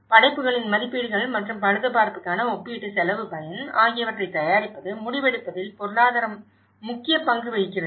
படைப்புகளின் மதிப்பீடுகள் மற்றும் பழுதுபார்ப்புக்கான ஒப்பீட்டு செலவு பயன் ஆகியவற்றைத் தயாரிப்பது முடிவெடுப்பதில் பொருளாதாரம் முக்கிய பங்கு வகிக்கிறது